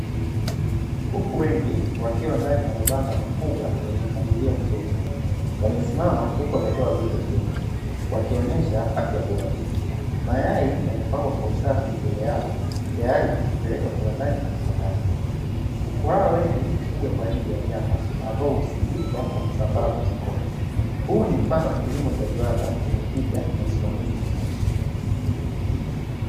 Kuku wengi wakiwa ndani ya mabanda makubwa yenye mpangilio mzuri, wamesimama huku wametoa vichwa juu, wakionesha afya bora. Mayai yamepangwa kwa usafi mbele yao, tayari kwa kupelekwa kiwandani na kuchakatwa. Kuku hawa wengi hufugwa kwa ajili ya nyama ambayo husindikwa na kusambaza sokoni. Huu ni mfano wa kilimo cha viwanda chenye tija na usimamizi mzuri.